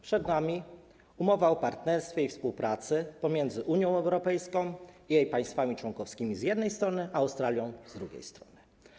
Przed nami umowa o partnerstwie i współpracy między Unią Europejską i jej państwami członkowskimi z jednej strony a Australią z drugiej strony.